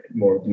more